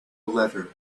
letter